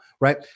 right